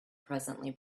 presently